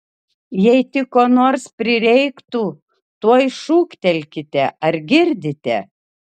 jei tik ko nors prireiktų tuoj šūktelkite ar girdite